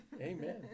Amen